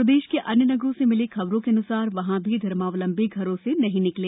प्रदेश के अन्य नगरों से मिली खबरों के अन्सार वहां भी धर्मावलंबी घरों से नहीं निकले